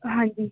ਹਾਂਜੀ